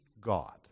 God